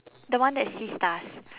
the one that sees stars